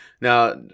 Now